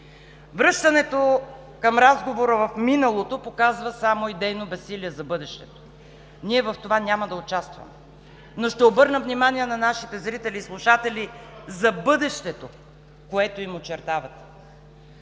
Връщането на разговора към миналото показва само идейно безсилие за бъдещето. Ние в това няма да участваме. Ще обърна обаче внимание на нашите зрители и слушатели за бъдещето, което им очертавате.